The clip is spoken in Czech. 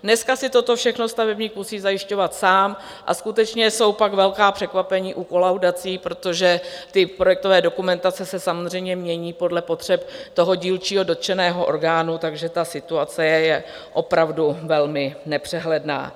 Dneska si toto všechno stavebník musí zajišťovat sám a skutečně jsou pak velká překvapení u kolaudací, protože projektové dokumentace se samozřejmě mění podle potřeb dílčího dotčeného orgánu, takže situace je opravdu velmi nepřehledná.